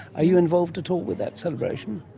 are you involved at all with that celebration?